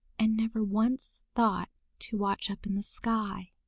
and never once thought to watch up in the sky.